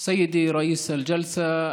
תרגומם: אדוני יושב-ראש הישיבה,